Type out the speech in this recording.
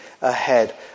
ahead